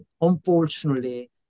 unfortunately